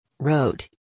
Wrote